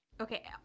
Okay